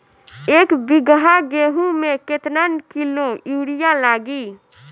एक बीगहा गेहूं में केतना किलो युरिया लागी?